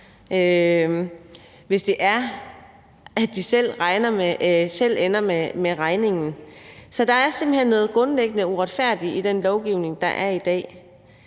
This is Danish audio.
hvis de selv ender med regningen? Så der er simpelt hen noget grundlæggende uretfærdigt i den lovgivning, der er i dag.